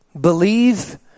Believe